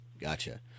Gotcha